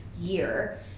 year